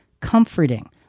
comforting